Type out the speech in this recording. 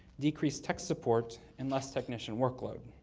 decrease tech support, and less technician workload.